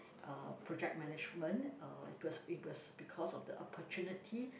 uh project management uh it was it was because of the opportunity